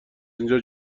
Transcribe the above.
اینجا